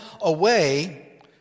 away